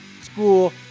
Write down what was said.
school